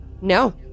No